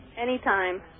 anytime